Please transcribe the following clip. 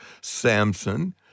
Samson